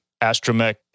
astromech